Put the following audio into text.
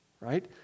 Right